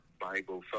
Bible